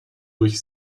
durch